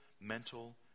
mental